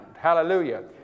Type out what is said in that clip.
Hallelujah